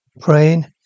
praying